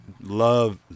Love